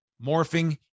morphing